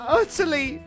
utterly